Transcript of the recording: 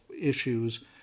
issues